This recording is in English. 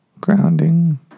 grounding